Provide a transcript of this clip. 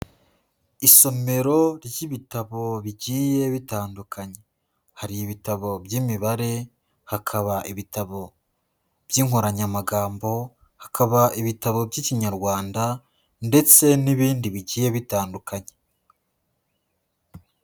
Isomero ry'ibitabo bigiye bitandukanye, hari ibitabo by'imibare, hakaba ibitabo by'inkoranyamagambo, hakaba ibitabo by'Ikinyarwanda ndetse n'ibindi bigiye bitandukanye.